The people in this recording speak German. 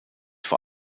vor